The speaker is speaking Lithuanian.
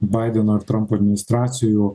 baideno ir trampo administracijų